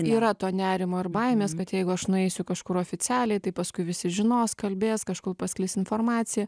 yra to nerimo ar baimės kad jeigu aš nueisiu kažkur oficialiai tai paskui visi žinos kalbės kažkul pasklis informacija